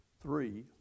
three